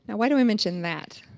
and why do i mention that?